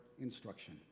instruction